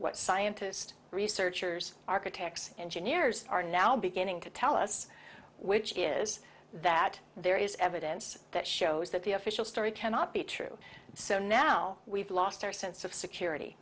what scientists researchers architects engineers are now beginning to tell us which is that there is evidence that shows that the official story cannot be true so now we've lost our sense of security